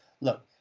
Look